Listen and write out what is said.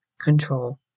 control